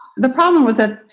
the problem was that,